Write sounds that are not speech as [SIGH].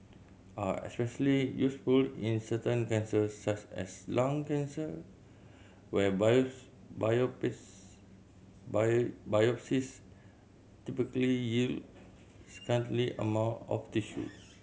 are especially useful in certain cancers such as lung cancer where [UNINTELLIGIBLE] biopsies [UNINTELLIGIBLE] biopsies typically yield scanty amount of tissue